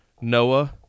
Noah